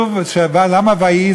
למה "ויהי"?